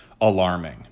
alarming